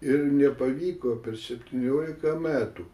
ir nepavyko per septyniolika metų